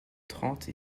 trente